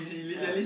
ya